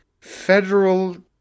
federal